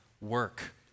work